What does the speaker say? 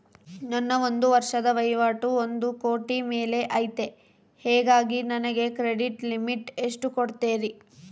ನನ್ನ ಒಂದು ವರ್ಷದ ವಹಿವಾಟು ಒಂದು ಕೋಟಿ ಮೇಲೆ ಐತೆ ಹೇಗಾಗಿ ನನಗೆ ಕ್ರೆಡಿಟ್ ಲಿಮಿಟ್ ಎಷ್ಟು ಕೊಡ್ತೇರಿ?